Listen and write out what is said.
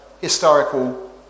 historical